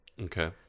Okay